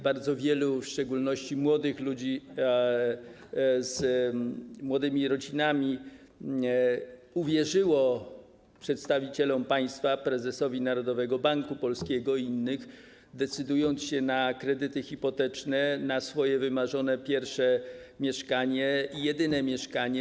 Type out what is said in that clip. Bardzo wiele osób, w szczególności młodzi ludzie z młodymi rodzinami, uwierzyło przedstawicielom państwa, prezesowi Narodowego Banku Polskiego i innym, decydując się na kredyty hipoteczne na swoje wymarzone pierwsze mieszkanie i często jedyne mieszkanie.